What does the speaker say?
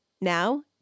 Now